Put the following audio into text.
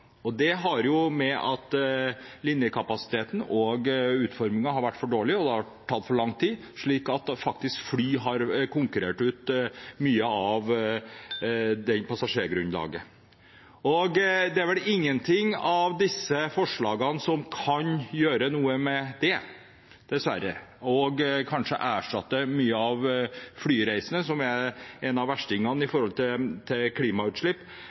Det har å gjøre med at linjekapasiteten og utformingen har vært for dårlig, og at det har tatt for lang tid, slik at fly faktisk har konkurrert ut mye av passasjergrunnlaget. Det er dessverre ingen av disse forslagene som kan gjøre noe med det – kanskje erstatte mange av flyreisene, som er en av verstingene